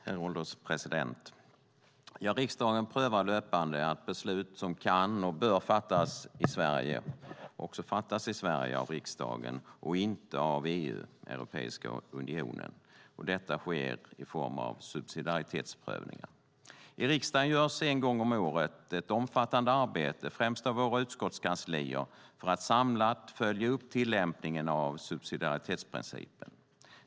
Herr ålderspresident! Riksdagen prövar löpande att beslut som kan och bör fattas i Sverige också fattas i Sverige av riksdagen och inte av EU, Europeiska unionen. Detta sker i form av subsidiaritetsprövningar. I riksdagen görs en gång om året ett omfattande arbete, främst av våra utskottskanslier, för att samlat följa upp tillämpningen av subsidiaritetsprincipen.